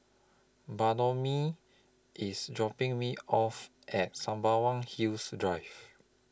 Bartholomew IS dropping Me off At Sembawang Hills Drive